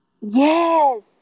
Yes